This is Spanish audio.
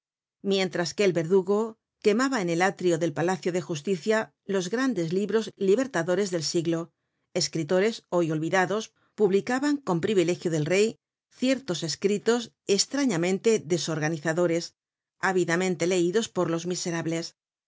mientras que el verdugo quemaba en el átrio del palacio de justicia los grandes libros libertadores del siglo escritores hoy olvidados publicaban con privilegio del rey ciertos escritos estrañamente desorganizadores ávidamente leidos por los miserables